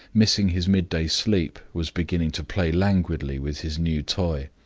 missing his midday sleep, was beginning to play languidly with his new toy.